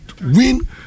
win